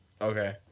okay